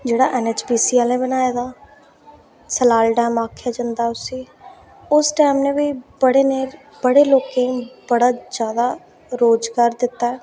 जेह्ड़ा एनपीएचसी आह्लें बनाए दा सलाल डैम आखेआ जंदा उसी उस डैम नै बी बड़े लोकें गी बड़ा जैदा रोज़गार दित्ता ऐ